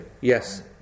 Yes